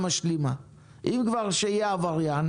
הריביות מתחילות לעלות,